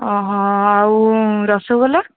ଆଉ ରସଗୋଲା